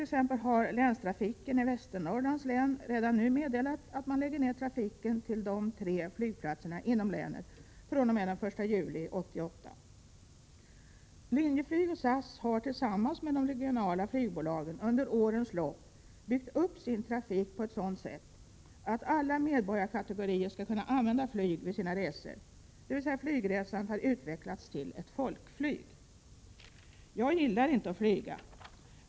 Exempelvis har Länstrafiken i Västernorrlands län redan nu meddelat att man den 1 juli 1988 lägger ned trafiken till de tre flygplatserna inom länet. Linjeflyg och SAS har tillsammans med de regionala flygbolagen under årens lopp byggt upp sin trafik på ett sådant sätt att alla medborgarkategorier skall kunna använda flyg vid sina resor. Flyget har utvecklats till ett folkflyg. Jag gillar inte att flyga.